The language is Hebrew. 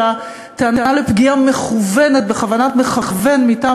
טענה על פגיעה מכוונת בכוונת מכוון מטעם